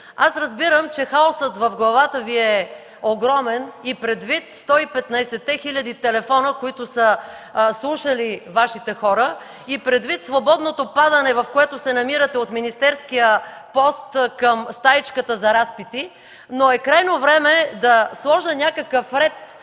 Аз разбирам, че хаосът в главата Ви е огромен и предвид 115 те хил. телефона, които са слушали Вашите хора, и предвид свободното падане, в което се намирате от министерския пост към стаичката за разпити, но е крайно време да сложа някакъв ред